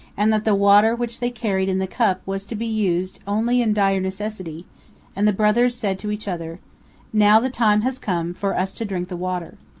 and that the water which they carried in the cup was to be used only in dire necessity and the brothers said to each other now the time has come for us to drink the water.